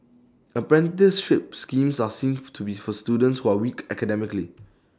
apprenticeship schemes are seen to be for students who are weak academically